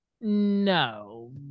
no